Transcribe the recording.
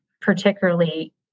particularly